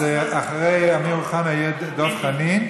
אז אחרי אמיר אוחנה יהיה דב חנין,